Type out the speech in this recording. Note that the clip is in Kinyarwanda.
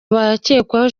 bakekwaho